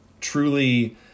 truly